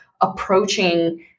approaching